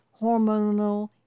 hormonal